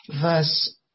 verse